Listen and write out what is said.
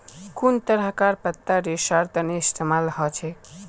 कुन तरहकार पत्ता रेशार तने इस्तेमाल हछेक